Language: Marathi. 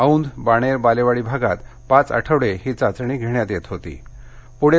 औंध बाणेर बालेवाडी भागात पाच आठवडे ही चाचणी घेण्यात आली